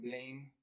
blame